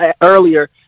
earlier